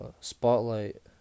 spotlight